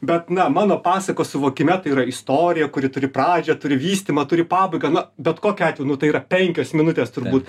bet na mano pasakos suvokime tai yra istorija kuri turi pradžią turi vystymą turi pabaigą na bet kokiu atveju nu tai yra penkios minutės turbūt